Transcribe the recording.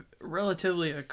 relatively